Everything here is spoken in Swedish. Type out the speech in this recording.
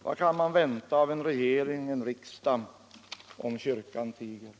Vad kan man vänta av en regering, en riksdag, om kyrkan tiger?